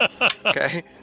Okay